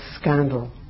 scandal